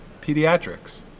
pediatrics